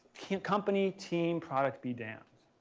company team product be damned.